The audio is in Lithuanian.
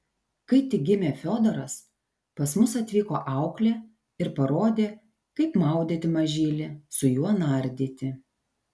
kai tik gimė fiodoras pas mus atvyko auklė ir parodė kaip maudyti mažylį su juo nardyti